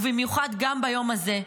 במיוחד גם ביום הזה.